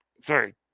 Sorry